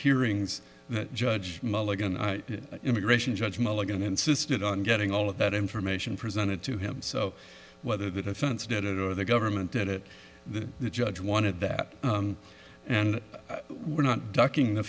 hearings that judge mulligan immigration judge mulligan insisted on getting all of that information presented to him so whether the defense did it or the government did it the judge wanted that and we're not ducking the